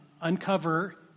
uncover